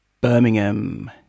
Birmingham